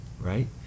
right